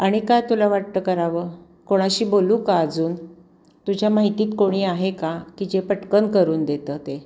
आणि काय तुला वाटतं करावं कोणाशी बोलू का अजून तुझ्या माहितीत कोणी आहे का की जे पटकन करून देतं ते